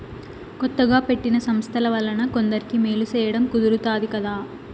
కొత్తగా పెట్టిన సంస్థల వలన కొందరికి మేలు సేయడం కుదురుతాది కదా